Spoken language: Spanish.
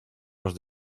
los